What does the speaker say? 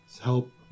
Help